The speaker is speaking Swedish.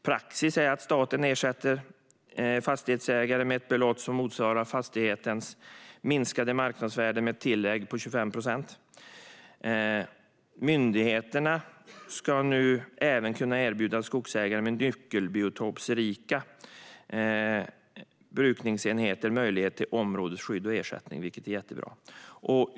Praxis är att staten ersätter fastighetsägare med ett belopp som motsvarar fastighetens minskade marknadsvärde med ett tillägg på 25 procent. Myndigheterna ska nu även kunna erbjuda skogsägare med nyckelbiotopsrika brukningsenheter möjlighet till områdesskydd och ersättning, vilket är jättebra.